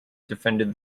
defended